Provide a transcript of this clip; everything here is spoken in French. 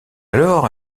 alors